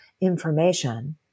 information